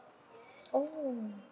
oh